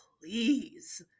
please